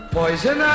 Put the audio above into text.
poison